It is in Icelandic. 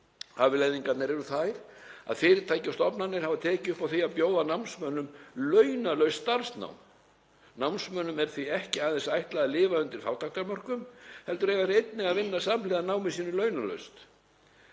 Afleiðingarnar eru þær að fyrirtæki og stofnanir hafa tekið upp á því að bjóða námsmönnum launalaust starfsnám. Námsmönnum er því ekki aðeins ætlað að lifa undir fátæktarmörkum heldur eiga þeir einnig að vinna samhliða námi sínu launalaust.